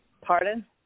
Pardon